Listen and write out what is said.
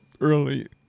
early